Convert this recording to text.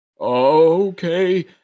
Okay